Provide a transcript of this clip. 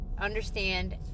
understand